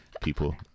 people